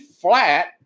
flat